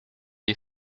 ait